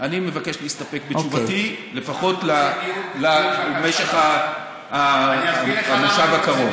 אני מבקש להסתפק בתשובתי לפחות למשך המושב הקרוב.